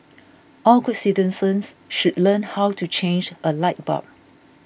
all good citizens should learn how to change a light bulb